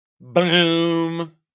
boom